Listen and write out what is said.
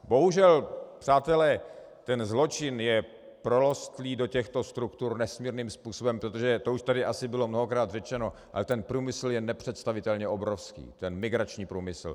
Bohužel, přátelé, ten zločin je prorostlý do těchto struktur nesmírným způsobem, protože, to už tady asi bylo mnohokrát řečeno, ale ten průmysl je nepředstavitelně obrovský, ten migrační průmysl.